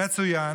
יצוין